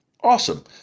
Awesome